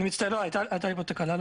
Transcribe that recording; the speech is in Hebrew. פה.